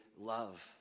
love